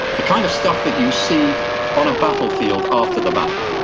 the kind of stuff that you see on a battlefield after the battle,